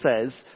says